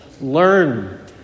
learn